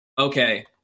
okay